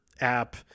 app